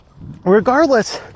regardless